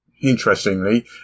interestingly